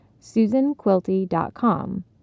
susanquilty.com